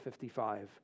55